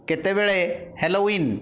କେତେବେଳେ ହାଲୋୱିନ୍